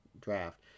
draft